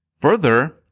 Further